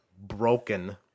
broken